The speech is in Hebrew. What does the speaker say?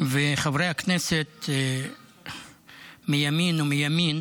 וחברי הכנסת מימין ומימין